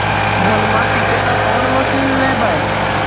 धनमा पिटेला कौन मशीन लैबै?